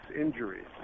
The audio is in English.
injuries